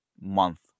month